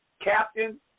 captain